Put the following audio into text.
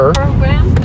program